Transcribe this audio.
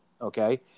Okay